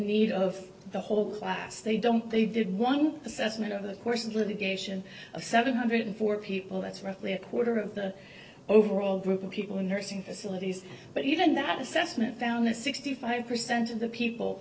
need of the whole class they don't they did one assessment over the course of litigation of seven hundred four people that's roughly a quarter of the overall group of people in nursing facilities but even that assessment found that sixty five percent of the people